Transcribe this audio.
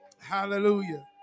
Hallelujah